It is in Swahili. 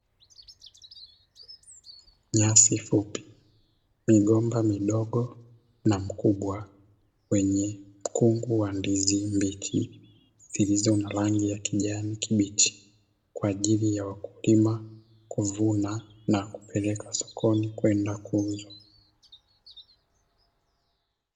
Nyasi fupi, migomba midogo na mkubwa wenye mkungu wa ndizi mbichi zilizo na rangi ya kijani kibichi, kwa ajili ya; kupima, kuvuna na kupelekwa sokoni kwenda kuuzwa.